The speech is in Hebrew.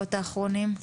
בשבועות האחרונים.